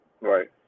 Right